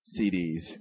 CDs